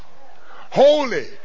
holy